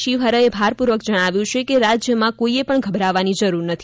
શિવહરેએ ભારપૂર્વક જણાવ્યું છે કે રાજ્યમાં કોઇએ પણ ગભરાવવાની જરૂર નથી